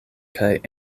kaj